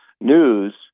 news